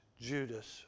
Judas